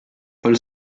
paul